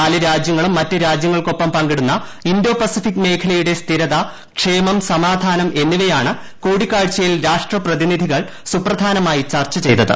നാല് രാജ്യങ്ങളും മറ്റ് രാജ്യങ്ങൾക്കൊപ്പം പങ്കിടുന്ന ഇന്റോ പസഫിക് മേഖലയുടെ സ്ഥിരത ക്ഷേമം സമാധാനം എന്നിവയാണ് കൂടിക്കാഴ്ചയിൽ രാഷ്ട്ര പ്രതിനിധികൾ സുപ്രധാനമായി ചർച്ച ചെയ്തത്